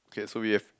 okay so we have